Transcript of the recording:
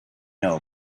know